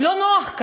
לא נוח.